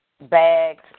bags